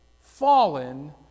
Fallen